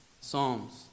psalms